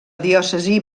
diòcesi